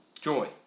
Joy